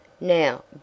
Now